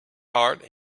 heart